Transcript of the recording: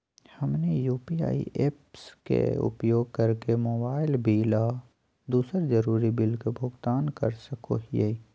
हमनी UPI apps के उपयोग करके मोबाइल बिल आ दूसर जरुरी बिल के भुगतान कर सको हीयई